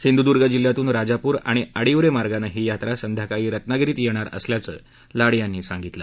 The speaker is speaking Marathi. सिंधूदुर्ग जिल्ह्यातून राजापूर आणि आडिवरचिर्गानं ही यात्रा संध्याकाळी रत्नागिरीत यात्रा असल्याचं लाड यांनी सांगितलं